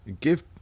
give